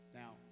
now